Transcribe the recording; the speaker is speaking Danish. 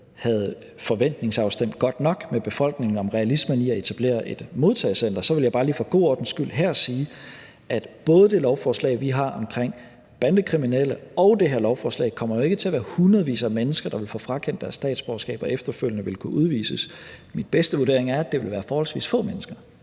havde forventningsafstemt godt nok med befolkningen om realismen i at etablere et modtagecenter. Så vil jeg bare lige for god ordens skyld her sige, at der både med det lovforslag, vi har omkring bandekriminelle, og det her forslag, jo ikke kommer til at være hundredvis af mennesker, der vil få frakendt deres statsborgerskab og efterfølgende vil kunne udvises. Min bedste vurdering er, at det vil være forholdsvis få mennesker.